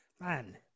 man